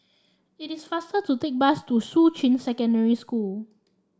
it is faster to take the bus to Shuqun Secondary School